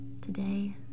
today